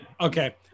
Okay